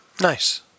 Nice